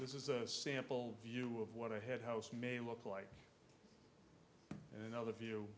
this is a sample view of what a head house may look like in another view